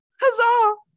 Huzzah